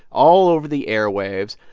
all over the airwaves.